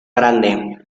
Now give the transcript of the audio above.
grande